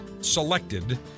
selected